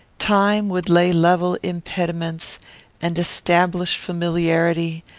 time would lay level impediments and establish familiarity,